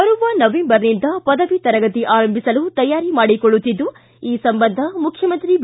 ಬರುವ ನವೆಂಬರ್ನಿಂದ ಪದವಿ ತರಗತಿ ಆರಂಭಿಸಲು ತಯಾರಿ ಮಾಡಿಕೊಳ್ಳುತ್ತಿದ್ದು ಈ ಸಂಬಂಧ ಮುಖ್ಯಮಂತ್ರಿ ಬಿ